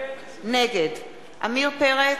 נגד עמיר פרץ,